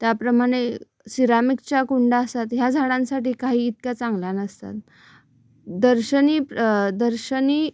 त्याप्रमाणे सिरामिक्सच्या कुंड्या असतात ह्या झाडांसाठी काही इतक्या चांगल्या नसतात दर्शनी दर्शनी